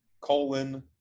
colon